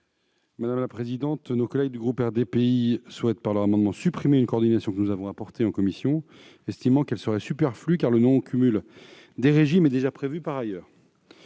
de la commission ? Nos collègues du groupe RDPI souhaitent, par leur amendement, supprimer une coordination que nous avons introduite en commission, estimant qu'elle est superflue, car le non-cumul des régimes est déjà prévu par ailleurs.